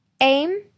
Aim